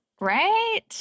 right